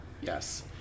Yes